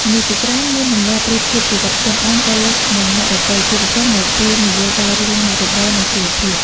មនុស្សជាច្រើនមានទម្លាប់ប្រៀបធៀបជីវិតខ្លួនឯងទៅនឹងអ្នកដទៃ ជាពិសេសនៅពេលនិយាយដល់រឿងមុខរបរ និងជីវភាព។